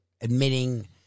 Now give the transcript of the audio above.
admitting